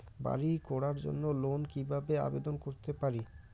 বাড়ি করার জন্য লোন কিভাবে আবেদন করতে পারি?